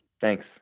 Thanks